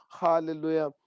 hallelujah